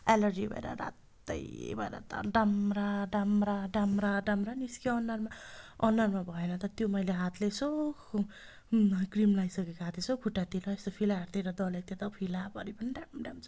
allergy भएर रात्तै भएर त डाम्रा डाम्रा डाम्रा डाम्रा निस्क्यो अनुहारमा अनुहारमा भएन त त्यो मैले हातले यसो क्रिम लाइसकेको हात यसो खुट्टातिर यसो फिलाहरूतिर दलेको त्यो त फिलाभरि पनि ड्याम ड्याम